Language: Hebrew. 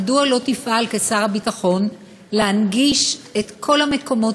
מדוע לא תפעל כשר הביטחון להנגיש את כל המקומות